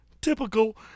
Typical